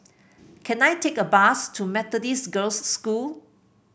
can I take a bus to Methodist Girls' School